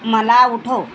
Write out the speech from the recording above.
मला उठव